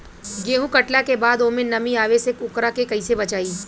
गेंहू कटला के बाद ओमे नमी आवे से ओकरा के कैसे बचाई?